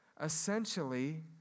essentially